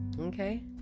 Okay